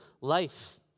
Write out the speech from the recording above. life